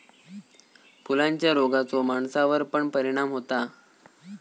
फुलांच्या रोगाचो माणसावर पण परिणाम होता